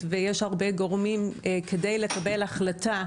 כי אם מישהו מגיש תלונה למשטרה,